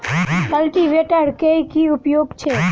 Cultivator केँ की उपयोग छैक?